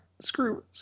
Screw